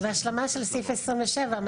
וסעיף (27), מה